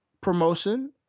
promotion